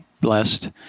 blessed